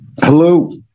Hello